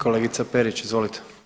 Kolegice Perić izvolite.